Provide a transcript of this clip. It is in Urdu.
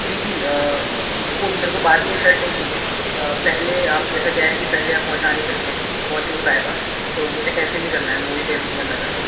جی جی کو میرے کو بعد میں یہ شرٹ نہیں چاہیے پہلے آپ جیسے کہہ رہ ہیں کہ پہلے آپ پہنچا نہیں سکتے ہیں پہنچ نہیں پائے گا تو مجھے کینسل ہی کرنا ہے میں وہی کینسل کرنا چاہتا ہوں